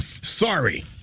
Sorry